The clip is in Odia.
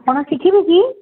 ଆପଣ ଶିଖିବେ କି